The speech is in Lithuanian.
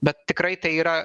bet tikrai tai yra